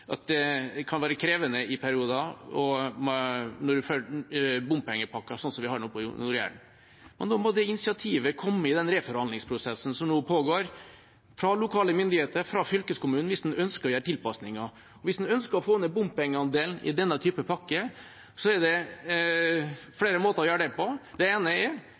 det i perioder kan være krevende med bompengepakker, som vi nå har for Nord-Jæren, men da må initiativet komme i den reforhandlingsprosessen som nå pågår, komme fra lokale myndigheter, fra fylkeskommunen, hvis en ønsker å gjøre tilpasninger. Hvis en ønsker å få ned bompengeandelen i denne type pakke, er det flere måter å gjøre det på. Det ene er